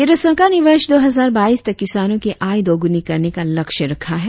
केंद्र सरकार ने वर्ष दो हजार बाईस तक किसानों की आय दोगुनी करने का लक्ष्य रखा है